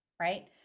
right